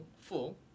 full